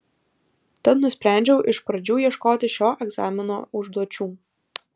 tad nusprendžiau iš pradžių ieškoti šio egzamino užduočių